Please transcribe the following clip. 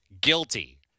guilty